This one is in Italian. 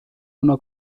una